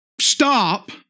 stop